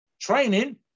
training